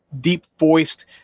deep-voiced